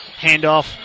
Handoff